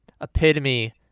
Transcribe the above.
epitome